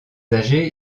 âgé